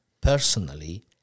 personally